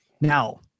Now